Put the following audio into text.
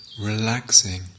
relaxing